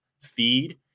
feed